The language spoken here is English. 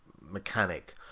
mechanic